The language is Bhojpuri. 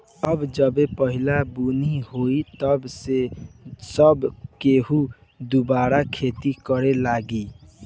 अब जबे पहिला बुनी होई तब से सब केहू दुबारा खेती करे लागी